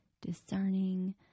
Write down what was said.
discerning